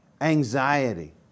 anxiety